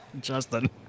Justin